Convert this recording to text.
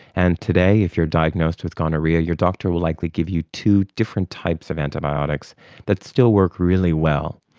and today if you're diagnosed with gonorrhoea your doctor will likely give you two different types of antibiotics that still work really well.